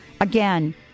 again